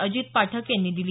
अजित पाठक यांनी दिली